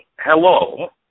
Hello